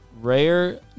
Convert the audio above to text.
Rare